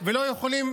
ולא יכולים